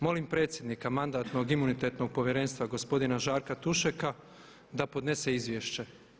Molim predsjednika Mandatno-imunitetnog povjerenstva gospodina Žarka Tušeka da podnese izvješće.